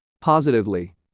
positively